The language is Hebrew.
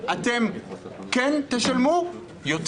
אתם כן תשלמו יותר.